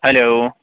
hello